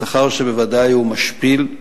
שכר שבוודאי הוא משפיל,